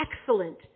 excellent